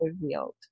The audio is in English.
Revealed